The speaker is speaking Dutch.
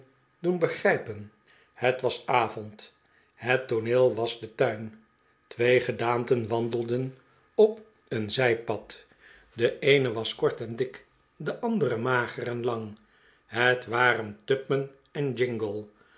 doen begrijpen het was avond het tooneel was de tuin twee gedaanten wandelden op een zijpad de eene was kort en dik de andere mager en lang het waren tupman en jingle